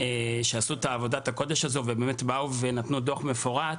שעשו את עבודת הקודש הזאת ובאמת באו ונתנו דוח מפורט.